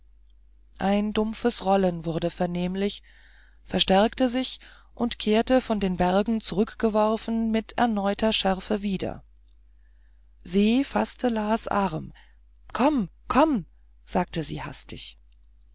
ein dumpfes rollen wurde vernehmlich verstärkte sich und kehrte von den bergen zurückgeworfen mit erneuter schärfe wieder se faßte las arm komm komm sagte sie hastig